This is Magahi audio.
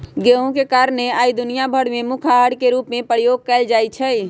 गेहूम के कारणे आइ दुनिया भर में मुख्य अहार के रूप में प्रयोग कएल जाइ छइ